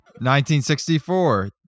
1964